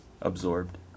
Absorbed